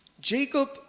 Jacob